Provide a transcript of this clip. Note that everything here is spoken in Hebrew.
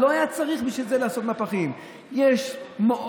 לא היה צריך לעשות מהפכים בשביל זה.